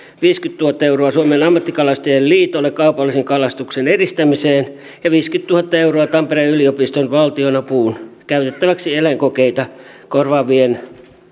viisikymmentätuhatta euroa suomen ammattikalastajaliitolle kaupallisen kalastuksen edistämiseen ja viisikymmentätuhatta euroa tampereen yliopiston valtionapuun käytettäväksi eläinkokeita korvaavien